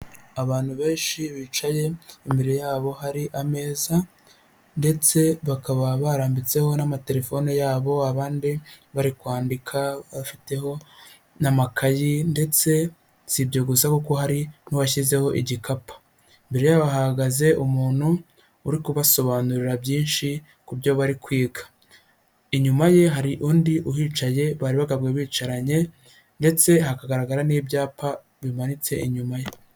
Abantu benshi bicaye imbere yabo hari ameza ndetse bakaba barambitseho n'amatelefone yabo abandi bari kwandika bafiteho n'amakayi ndetse si ibyo gusa kuko hari n'uwashyizeho igikapu imbere yabo hahagaze umuntu uri kubasobanurira byinshi ku byo bari kwiga inyuma ye hari undi uhicaye baribagabwe bicaranye ndetse hakagaragara n'ibyapa bimanitse inyuma ye.